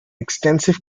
extensive